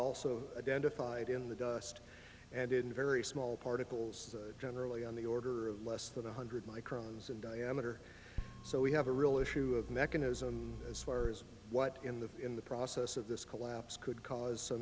also identified in the dust and in very small particles generally on the order of less than one hundred microns in diameter so we have a real issue of mechanism as far as what in the in the process of this collapse could cause so